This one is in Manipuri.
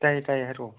ꯇꯥꯏꯌꯦ ꯇꯥꯏꯌꯦ ꯍꯥꯏꯔꯛꯑꯣ